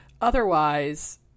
Otherwise